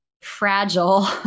fragile